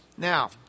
Now